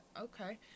okay